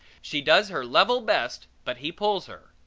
she does her level best but he pulls her.